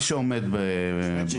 מי שעומד בקריטריונים.